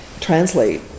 translate